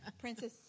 Princess